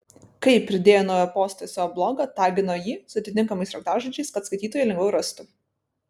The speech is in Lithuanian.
kai pridėjo naują postą į savo blogą tagino jį su atitinkamais raktažodžiais kad skaitytojai lengviau rastų